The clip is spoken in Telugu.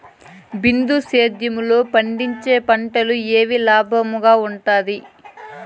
బిందు సేద్యము లో పండించే పంటలు ఏవి లాభమేనా వుంటుంది?